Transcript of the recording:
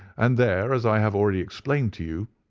and there, as i have already explained to you,